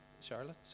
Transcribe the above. Charlotte